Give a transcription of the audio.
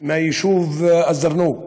מהיישוב אל-זרנוג שבנגב,